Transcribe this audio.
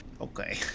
Okay